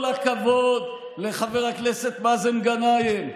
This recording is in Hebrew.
כל הכבוד לחבר הכנסת מאזן גנאים.